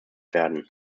werden